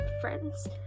Friends